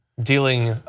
dealing,